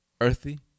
Earthy